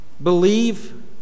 Believe